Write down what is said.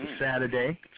Saturday